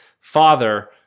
father